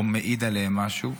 או מעיד עליהם משהו.